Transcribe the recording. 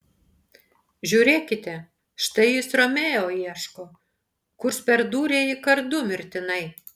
žiūrėkite štai jis romeo ieško kurs perdūrė jį kardu mirtinai